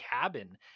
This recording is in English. cabin